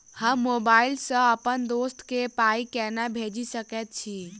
हम मोबाइल सअ अप्पन दोस्त केँ पाई केना भेजि सकैत छी?